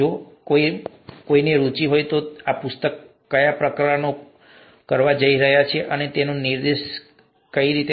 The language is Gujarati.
જો કોઈને રુચિ હોય તો અમે આ પુસ્તકમાં કયા પ્રકરણો કરવા જઈ રહ્યા છીએ તે અમે તેમને નિર્દેશ કરી શકીએ છીએ